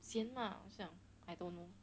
咸吗我就讲 I don't know